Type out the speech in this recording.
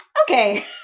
Okay